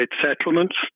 settlements